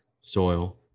soil